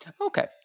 Okay